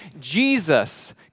Jesus